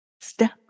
step